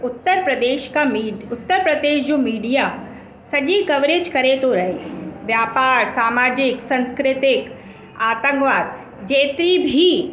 उत्तर प्रदेश खां मीड उत्तर प्रदेश जो मीडिया सॼी कवरेज करे थो रहे व्यापार समाजिक सांस्कृतिक आतंकवाद जेतिरी बि